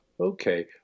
Okay